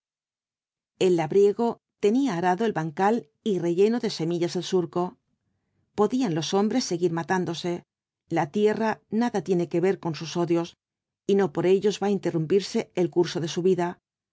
el labriego tenía arado el bancal y relleno de semilla el surco podían los hombres seguir matándose la tierra nada tiene que ver con sus odios y no por ellos va á interrumpirse el curso de su vida